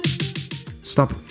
Stop